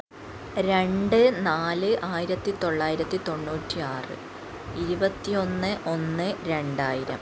രണ്ട് നാല് ആയിരത്തി തൊള്ളായിരത്തി തൊണ്ണൂറ്റിയാറ് ഇരുപത്തി ഒന്ന് ഒന്ന് രണ്ടായിരം